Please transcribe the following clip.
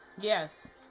Yes